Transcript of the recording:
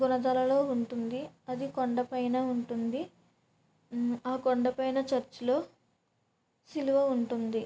గుణదలలో ఉంటుంది అది కొండపైన ఉంటుంది ఆ కొండపైన చర్చిలో సిలువ ఉంటుంది